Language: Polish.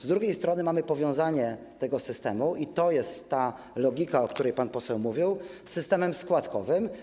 Z drugiej strony mamy powiązanie tego systemu, i to jest ta logika, o której pan poseł mówił, z systemem składkowym.